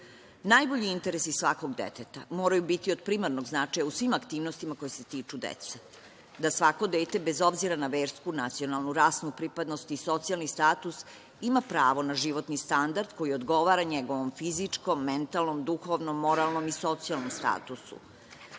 interesi svakog deteta moraju biti od primarnog značaja u svim aktivnostima koje se tiču dece, da svako dete bez obzira na versku, nacionalnu, rasnu pripadnost i socijalni status ima pravo na životni standard koji odgovara njegovo fizičkom, mentalno, duhovnom, moralnom i socijalnom statusu,